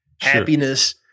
happiness